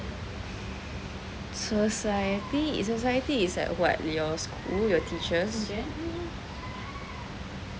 society society is like what your school your teachers